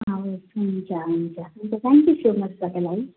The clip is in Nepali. हवस् हुन्छ हुन्छ हुन्छ थ्याङ्क यू सो मच तपाईँलाई